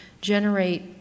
generate